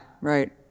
right